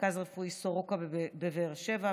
מרכז רפואי סורוקה בבאר שבע,